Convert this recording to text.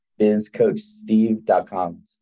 bizcoachsteve.com